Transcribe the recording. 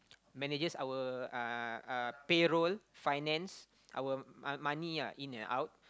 manages our uh uh payroll finance our uh money lah in and out